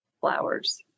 Flowers